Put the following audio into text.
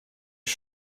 ich